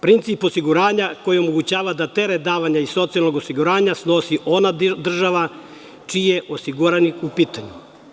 Princip osiguranja koji omogućava da teret davanja i socijalnog osiguranja snosi ona država čiji je osiguranik u pitanju.